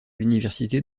l’université